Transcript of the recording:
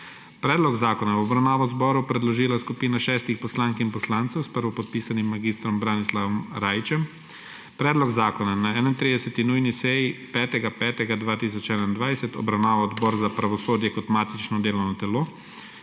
Predlog zakona je v obravnavo Državnemu zboru predložila skupina šestih poslank in poslancev s prvopodpisanim mag. Branislavom Rajićem. Predlog zakona je na 31. nujni seji 5. 5. 2021 obravnaval Odbor za pravosodje kot matično delovno telo.